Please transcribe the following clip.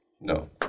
No